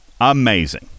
Amazing